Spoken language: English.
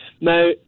Now